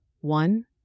One